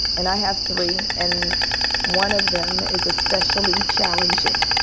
and i have three. and one of them is especially challenging,